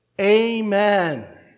Amen